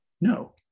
no